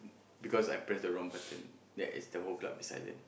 because I press the wrong button that is the whole club silent